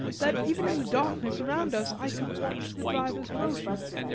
that even in the darkness around us i could watch the driver's motions.